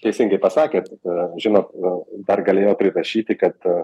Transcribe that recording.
teisingai pasakėt žino dar galėjo prirašyti kad